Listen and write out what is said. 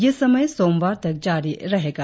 यह समय सोमवार तक जारी रहेगा